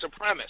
supremacist